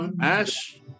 Ash